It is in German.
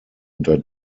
unter